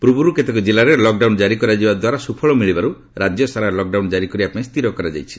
ପୂର୍ବରୁ କେତେକ ଜିଲ୍ଲାରେ ଲକଡାଉନ ଜାରି କରାଯିବା ଦ୍ୱାରା ସୁଫଳ ମିଳିବାରୁ ରାଜ୍ୟସାରା ଲକଡାଉନ୍ ଜାରି କରିବା ପାଇଁ ସ୍ଥିର କରାଯାଇଥିଲା